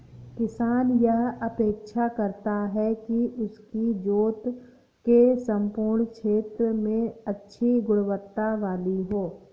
किसान यह अपेक्षा करता है कि उसकी जोत के सम्पूर्ण क्षेत्र में अच्छी गुणवत्ता वाली हो